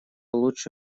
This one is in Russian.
лучше